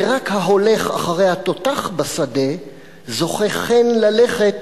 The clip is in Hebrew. ורק ההולך אחרי התותח בשדה,/ זוכה כן ללכת